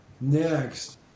Next